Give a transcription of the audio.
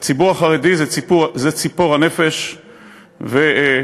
לציבור החרדי זו ציפור הנפש ומרכז